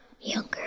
younger